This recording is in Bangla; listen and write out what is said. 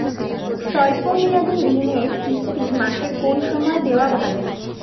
শব্দ মেয়াদি ঋণের কিস্তি মাসের কোন সময় দেওয়া ভালো?